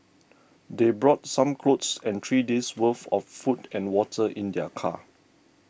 they brought some clothes and three days' worth of food and water in their car